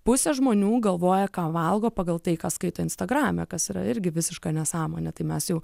pusė žmonių galvoja ką valgo pagal tai ką skaito instagrame kas yra irgi visiška nesąmonė tai mes jau